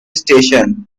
station